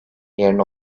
yerine